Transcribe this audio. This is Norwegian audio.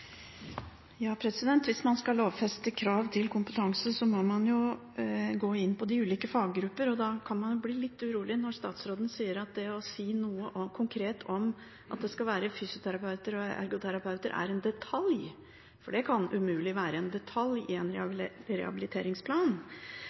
Hvis man skal lovfeste krav om kompetanse, må man jo gå inn på de ulike faggruppene, og da kan man jo bli litt urolig når statsråden sier at det å si noe konkret om at det skal være fysioterapeuter og ergoterapeuter, er en detalj. Det kan umulig være en detalj i en